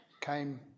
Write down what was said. came